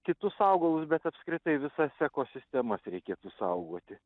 kitus augalus bet apskritai visas ekosistemas reikėtų saugoti